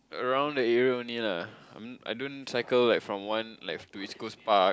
around the area only lah I I don't cycle like from one left to East-Coast-Park